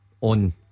on